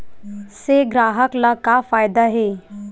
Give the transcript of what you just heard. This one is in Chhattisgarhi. से ग्राहक ला का फ़ायदा हे?